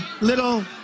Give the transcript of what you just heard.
little